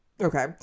Okay